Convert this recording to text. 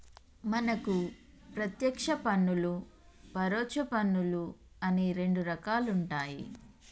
మనకు పత్యేక్ష పన్నులు పరొచ్చ పన్నులు అని రెండు రకాలుంటాయి